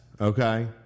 okay